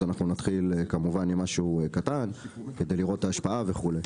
נתחיל במשהו קטן כדי לראות את ההשפעה וכו'.